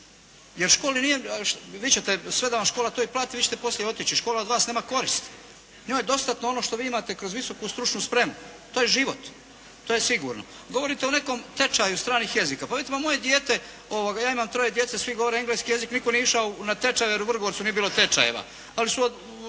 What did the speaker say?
platiti sami. Vi ćete sve da vam škola to i plati, vi ćete poslije otići i škola od vas nema koristi. Njoj je dostatno ono što vi imate kroz visoku stručnu spremu. To je život. To je sigurno. Govorite o nekom tečaju stranih jezika. Pa vidite moje dijete, ja imam troje djece svi govore engleski jezik, nitko nije išao na tečajeve jer u Vrgorcu nije bilo tečajeva. Ali su od